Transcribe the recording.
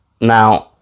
Now